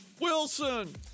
Wilson